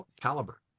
caliber